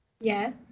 Yes